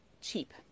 cheap